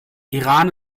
iran